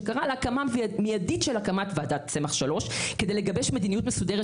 שקרא להקמה מיידית של ועדת צמח 3 כדי לגבש מדיניות מסודרת